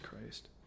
Christ